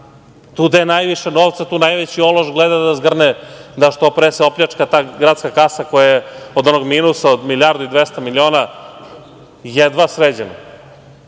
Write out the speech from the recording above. tu gde je najviše novca najveći ološ gleda da zgrne, da se što pre opljačka ta gradska kasa koja je od onog minusa od milijardu i 200 miliona jedva sređena.